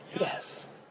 Yes